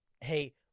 hey